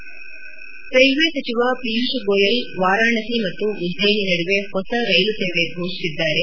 railway ಸಚಿವ ಪಿಯೂಷ್ ಗೋಯಲ್ ವಾರಾಣಸಿ ಮತ್ತು ಉಜ್ಲಯಿನಿ ನಡುವೆ ಹೊಸ ರೈಲು ಸೇವೆ ಫೋಷಿಸಿದ್ದಾರೆ